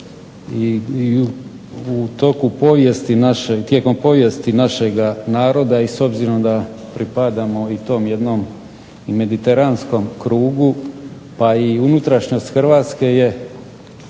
i u tijekom povijesti našega naroda i s obzirom da pripadamo i tom jednom i mediteranskom krugu, pa i unutrašnjost Hrvatske je,